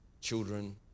children